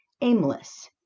aimless